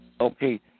Okay